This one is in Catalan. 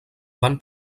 van